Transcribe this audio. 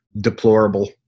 deplorable